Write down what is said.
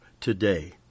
today